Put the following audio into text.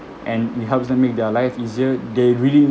and it helps them make their life easier they really